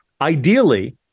Ideally